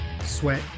sweat